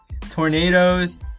tornadoes